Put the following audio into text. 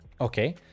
okay